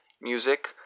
music